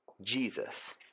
jesus